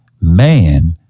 man